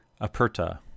aperta